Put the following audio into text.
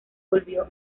volvió